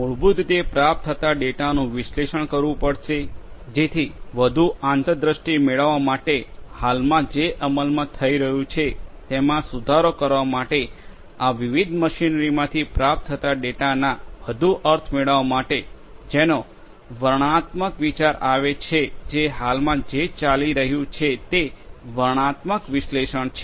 તેથી મૂળભૂત રીતે પ્રાપ્ત થતા ડેટાનું વિશ્લેષણ કરવું પડશે જેથી વધુ આંતરદ્રષ્ટિ મેળવવા માટે હાલમાં જે અમલમાં થઇ રહ્યું છે તેમાં સુધારો કરવા માટે આ વિવિધ મશીનરીમાંથી પ્રાપ્ત થતા ડેટાના વધુ અર્થ મેળવવા માટે જેનો વર્ણનાત્મક વિચાર આવે છે જે હાલમાં જે ચાલી રહ્યું છે તે વર્ણનાત્મક વિશ્લેષણ છે